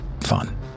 Fun